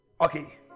Okay